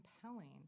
compelling